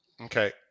okay